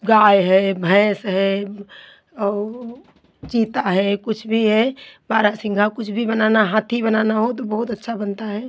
गाय है भैंस है और चीता है कुछ भी है बारहसिंहा कुछ भी बनाना हाथी बनाना हो तो बहुत अच्छा बनता है